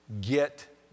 get